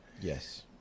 Yes